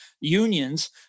Unions